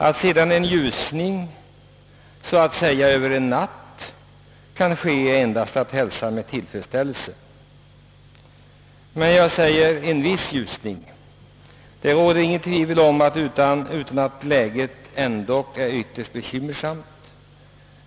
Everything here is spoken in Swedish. Att sedan en viss ljusning så att säga över en natt kunnat ske är endast att hälsa med tillfredsställelse, men jag säger en viss ljusning. Det råder inte något tvivel om att läget är ytterst bekymmersamt.